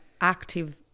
active